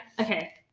okay